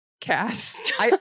cast